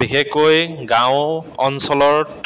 বিশেষকৈ গাঁও অঞ্চলত